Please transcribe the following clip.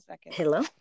Hello